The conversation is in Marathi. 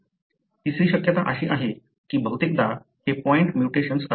तिसरी शक्यता अशी आहे की बहुतेकदा हे पॉईंट म्युटेशन्स असतात